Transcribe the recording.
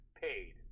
paid